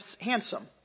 handsome